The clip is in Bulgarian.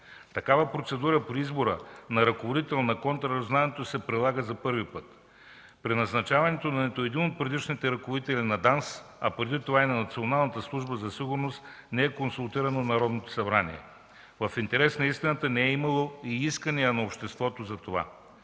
Такава процедура при избора на ръководител на контраразузнаването се прилага за първи път. При назначаването на нито един от предишните ръководители на ДАНС, а преди това и на Националната служба за сигурност не е консултирано Народното събрание. В интерес на истината, не е имало и искания на обществото за това.